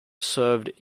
served